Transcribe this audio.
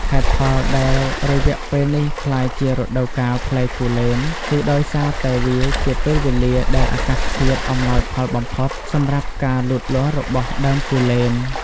ហេតុផលដែលរយៈពេលនេះក្លាយជារដូវកាលផ្លែគូលែនគឺដោយសារតែវាជា ពេលវេលាដែលអាកាសធាតុអំណោយផលបំផុត សម្រាប់ការលូតលាស់របស់ដើមគូលែន។